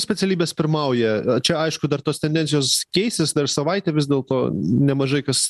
specialybės pirmauja čia aišku dar tos tendencijos keisis dar savaitę vis dėlto nemažai kas